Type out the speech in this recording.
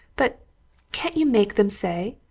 but can't you make them say?